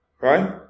Right